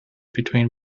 between